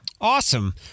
Awesome